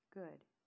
Good